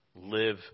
Live